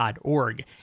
org